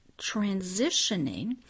transitioning